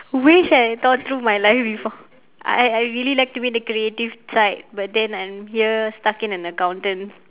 wish I had thought through my life before I I really like to be in the creative side but then I'm here stuck in an accountant